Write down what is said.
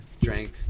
drank